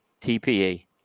TPE